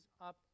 up